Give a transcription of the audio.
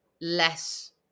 less